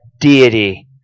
deity